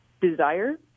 desire